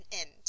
end